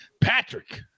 Patrick